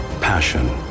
passion